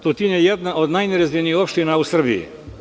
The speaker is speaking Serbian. Tutin je jedna od najnerazvijenijih opština u Srbiji.